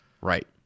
right